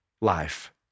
life